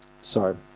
Sorry